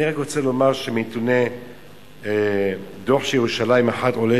אני רק רוצה לומר שמנתוני דוח של "ירושלים אחת" עולה